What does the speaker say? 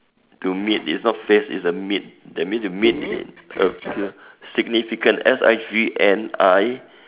to meet it's not face it's a meet that means you meet a fu~ significant S I G N I